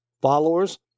followers